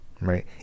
right